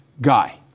guy